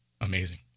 amazing